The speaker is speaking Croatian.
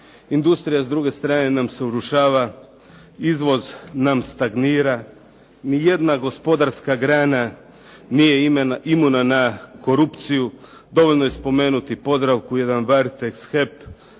Industrija s druge strane nam se urušava, izvoz nam stagnira, nijedna gospodarska grana nije imuna na korupciju. Dovoljno je spomenuti "Podravku", jedan "Varteks",